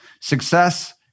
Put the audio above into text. Success